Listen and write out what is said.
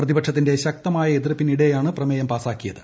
പ്രതിപക്ഷത്തിന്റെ ശക്തമായ എതിർപ്പിനിടെയാണ് പ്രമേയം പാസാക്കിയത്